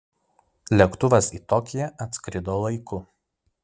lėktuvas į tokiją atskrido laiku